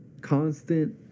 constant